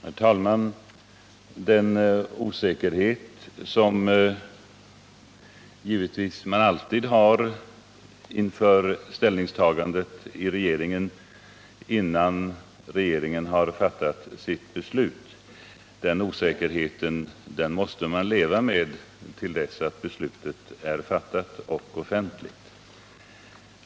Herr talman! Den osäkerhet som givetvis alltid finns, innan en regering har fattat sitt beslut, måste man leva med tills beslutet är fattat och offentligt.